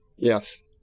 Yes